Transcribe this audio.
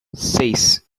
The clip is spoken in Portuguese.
seis